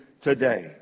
today